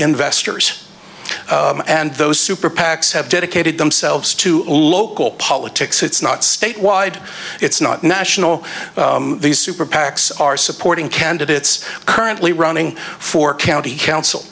investors and those super pacs have dedicated themselves to local politics it's not statewide it's not national these super pacs are supporting candidates currently running for county council